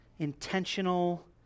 Intentional